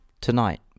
Tonight